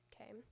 Okay